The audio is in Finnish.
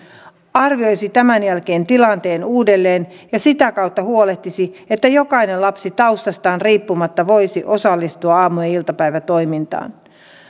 arvioisi tämän jälkeen tilanteen uudelleen ja sitä kautta huolehtisi että jokainen lapsi taustastaan riippumatta voisi osallistua aamu ja iltapäivätoimintaan